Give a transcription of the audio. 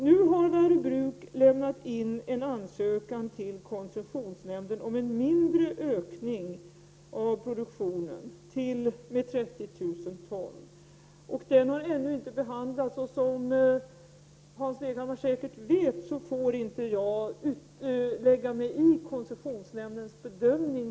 Nu har Värö bruk lämnat in en ansökan till koncessionsnämnden om en mindre ökning på 30000 ton av produktionen. Denna ansökan har ännu inte behandlats. Och som Hans Leghammar säkert vet får jag inte lägga mig i koncessionsnämndens bedömning.